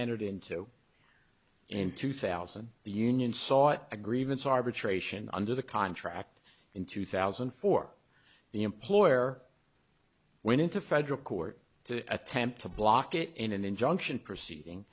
entered into in two thousand the union sought a grievance arbitration under the contract in two thousand and four the employer went into federal court to attempt to block it in an injunction proceeding